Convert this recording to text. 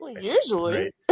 Usually